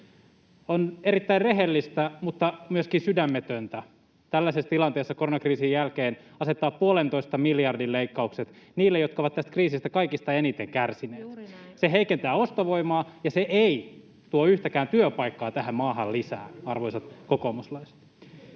On erittäin rehellistä mutta myöskin sydämetöntä tällaisessa tilanteessa koronakriisin jälkeen asettaa 1,5 miljardin leikkaukset niille, jotka ovat tästä kriisistä kaikista eniten kärsineet. Se heikentää ostovoimaa, ja se ei tuo yhtäkään työpaikkaa tähän maahan lisää, arvoisat kokoomuslaiset.